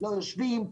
לא יושבים.